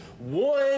One